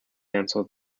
cancel